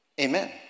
Amen